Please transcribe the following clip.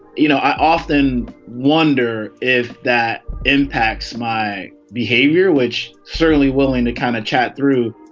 you know, i often wonder if that impacts my behavior, which certainly willing to kind of chat through